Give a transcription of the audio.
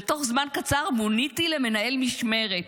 ותוך זמן קצר מוניתי למנהל משמרת.